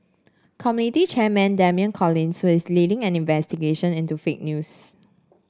committee chairman Damian Collins who is leading an investigation into fake news